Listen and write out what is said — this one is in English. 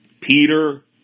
Peter